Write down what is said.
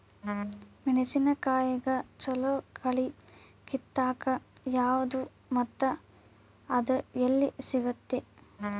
ಮೆಣಸಿನಕಾಯಿಗ ಛಲೋ ಕಳಿ ಕಿತ್ತಾಕ್ ಯಾವ್ದು ಮತ್ತ ಅದ ಎಲ್ಲಿ ಸಿಗ್ತೆತಿ?